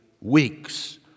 weeks